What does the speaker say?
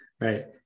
Right